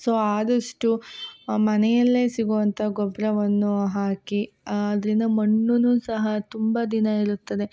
so ಆದಷ್ಟು ಮನೆಯಲ್ಲೇ ಸಿಗುವಂಥ ಗೊಬ್ಬರವನ್ನು ಹಾಕಿ ಅದ್ರಿಂದ ಮಣ್ಣೂ ಸಹ ತುಂಬ ದಿನ ಇರುತ್ತದೆ